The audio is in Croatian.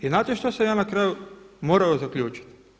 I znate šta sam ja na kraju morao zaključiti?